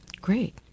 Great